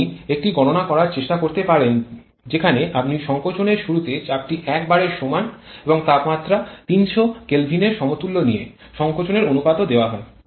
আপনি একটি গণনা করার চেষ্টা করতে পারেন যেখানে আপনি সংকোচনের শুরুতে চাপটি ১ বারের সমান এবং তাপমাত্রা ৩০০ K এর সমতুল্য নিয়ে সংকোচনের অনুপাতও দেওয়া হয়